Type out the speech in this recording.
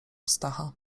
stacha